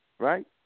Right